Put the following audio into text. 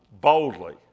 boldly